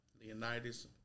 Leonidas